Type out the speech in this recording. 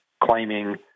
claiming